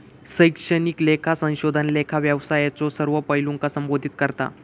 शैक्षणिक लेखा संशोधन लेखा व्यवसायाच्यो सर्व पैलूंका संबोधित करता